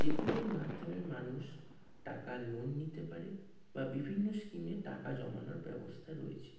যেগুলির মাধ্যমে মানুষ টাকা লোন নিতে পারে বা বিভিন্ন স্কিমে টাকা জমানোর ব্যবস্থা রয়েছে